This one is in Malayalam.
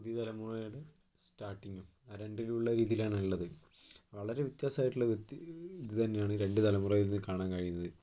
പുതിയ തലമുറയുടെ സ്റ്റാർട്ടിങ്ങും ആ രണ്ടിലുള്ള രീതിയിലാണ് ഉള്ളത് വളരെ വ്യത്യാസമായിട്ടുള്ള വിധത്തിൽ ഇത് തന്നെയാണ് രണ്ട് തലമുറയിൽ നിന്ന് കാണാൻ കഴിയുന്നത്